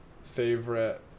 favorite